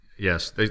Yes